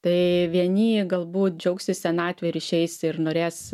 tai vieni galbūt džiaugsis senatve ir išeis ir norės